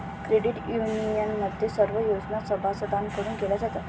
credit युनियनमध्ये सर्व योजना सभासदांकडून केल्या जातात